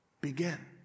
begin